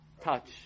Touch